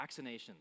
vaccinations